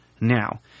now